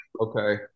Okay